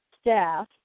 staff